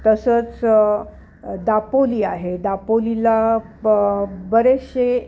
तसंच दापोली आहे दापोलीला बरेचसे